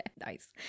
nice